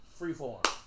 freeform